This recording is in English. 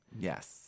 Yes